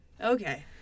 okay